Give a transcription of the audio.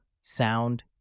sound